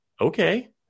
okay